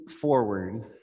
forward